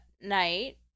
night